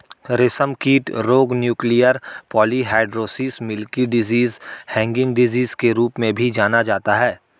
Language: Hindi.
रेशमकीट रोग nuclear polyhedrosis, milky disease, hanging disease के रूप में भी जाना जाता है